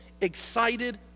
excited